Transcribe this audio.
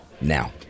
Now